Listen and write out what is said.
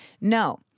No